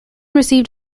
received